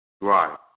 Right